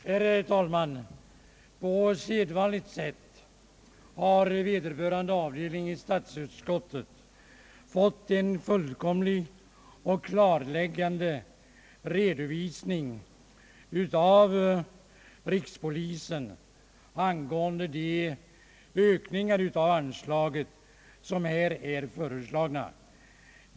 Herr talman! På sedvanligt sätt har vederbörande avdelning i statsutskottet av rikspolisen fått en fullständig och klarläggande redovisning angående de ökningar av anslagen som här är före slagna.